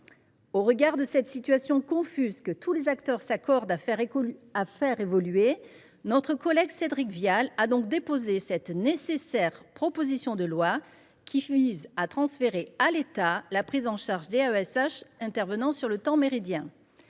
Au regard de cette situation confuse, que tous les acteurs s’accordent à faire évoluer, notre collègue Cédric Vial a donc déposé cette nécessaire proposition de loi, qui vise à transférer à l’État la prise en charge des AESH intervenant sur le temps méridien.